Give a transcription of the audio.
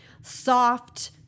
soft